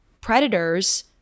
predators